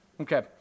Okay